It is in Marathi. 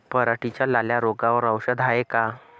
पराटीच्या लाल्या रोगावर औषध हाये का?